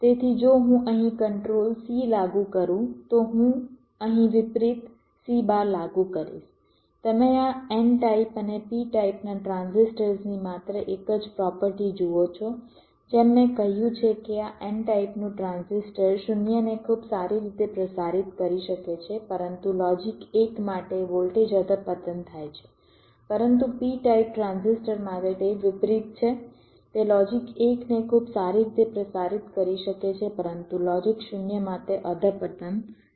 તેથી જો હું અહીં કંટ્રોલ C લાગુ કરું તો હું અહીં વિપરીત C બાર લાગુ કરીશ તમે આ n ટાઇપ અને p ટાઇપનાં ટ્રાન્ઝિસ્ટર્સની માત્ર એક જ પ્રોપર્ટી જુઓ છો જેમ મેં કહ્યું છે કે આ n ટાઇપનું ટ્રાન્ઝિસ્ટર 0 ને ખૂબ સારી રીતે પ્રસારિત કરી શકે છે પરંતુ લોજિક 1 માટે વોલ્ટેજ અધપતન થાય છે પરંતુ p ટાઇપ ટ્રાન્ઝિસ્ટર માટે તે વિપરીત છે તે લોજિક 1 ને ખૂબ સારી રીતે પ્રસારિત કરી શકે છે પરંતુ લોજિક 0 માટે અધપતન થશે